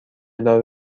دار